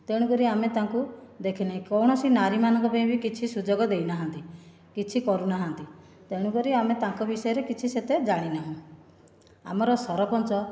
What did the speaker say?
ତେଣୁକରି ଆମେ ତାଙ୍କୁ ଦେଖିନାହିଁ କୌଣସି ନାରୀମାନଙ୍କ ପାଇଁ ବି କିଛି ସୁଯୋଗ ଦେଇନାହାନ୍ତି କିଛି କରୁନାହାନ୍ତି ତେଣୁ କରି ଆମେ ତାଙ୍କ ବିଷୟରେ କିଛି ସେତେ ଜାଣିନାହୁଁ ଆମର ସରପଞ୍ଚ